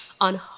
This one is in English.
on